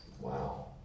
Wow